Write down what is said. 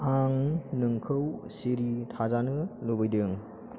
आं नोंखौ सिरि थाजानो लुबैदों